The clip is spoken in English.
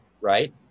Right